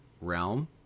realm